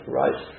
right